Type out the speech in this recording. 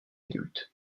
adulte